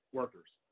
workers